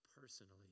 personally